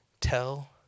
tell